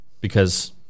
because-